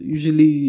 Usually